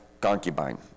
concubine